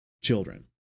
children